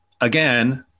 again